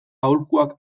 aholkuak